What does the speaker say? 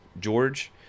George